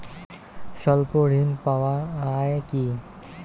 স্বল্প ঋণ পাওয়া য়ায় কি?